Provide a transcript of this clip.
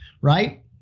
right